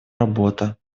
работа